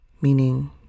meaning